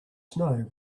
snow